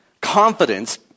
confidence